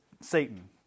Satan